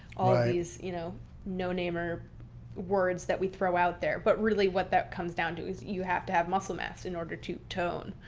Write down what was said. these you know no name or words that we throw out there. but really what that comes down to is you have to have muscle mass in order to tone.